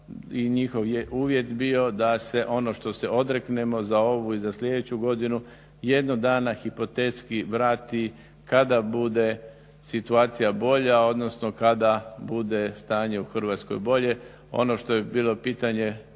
i njihov je uvjet bio da se ono što se odreknemo za ovu i za sljedeću godinu jednog dana hipotetski varati kada bude situacija bolja odnosno kada bude stanje u Hrvatskoj bolje. Ono što je bilo pitanje